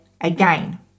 again